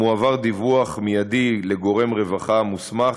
מועבר דיווח מיידי לגורם רווחה מוסמך,